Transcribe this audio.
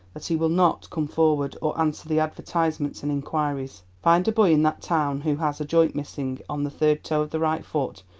that he will not come forward, or answer the advertisements and inquiries. find a boy in that town who has a joint missing on the third toe of the right foot,